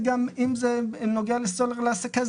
אם מדברים על סולר להסקה,